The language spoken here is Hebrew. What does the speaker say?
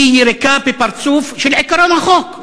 היא יריקה בפרצוף של עקרון החוק,